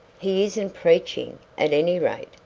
he isn't preaching, at any rate,